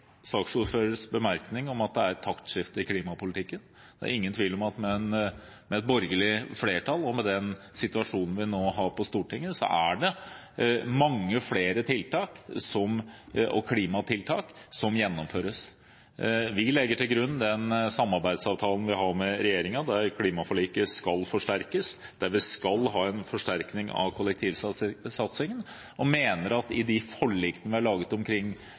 saksordførerens bemerkning om at det er et taktskifte i klimapolitikken. Det er ingen tvil om at med et borgerlig flertall og med den situasjonen vi nå har på Stortinget, er det mange flere klimatiltak som gjennomføres. Vi legger til grunn den samarbeidsavtalen vi har med regjeringen, der klimaforliket skal forsterkes, der vi skal ha en forsterkning av kollektivsatsingen, og mener at i de forlikene vi har laget omkring